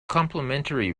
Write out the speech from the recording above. complimentary